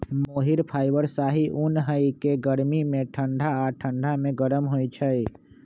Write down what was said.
मोहिर fibre शाहि उन हइ के गर्मी में ठण्डा आऽ ठण्डा में गरम होइ छइ